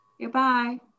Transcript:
Goodbye